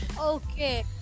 okay